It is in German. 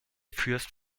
fürst